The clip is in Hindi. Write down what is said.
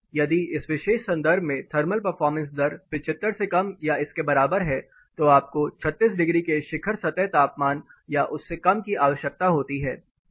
यदि इस विशेष संदर्भ में थर्मल परफॉर्मेंस दर 75 से कम या इसके बराबर है तो आपको 36 डिग्री के शिखर सतह तापमान या उससे कम की आवश्यकता होती है